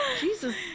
Jesus